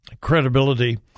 credibility